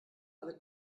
alle